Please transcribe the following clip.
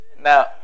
Now